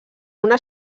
una